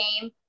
game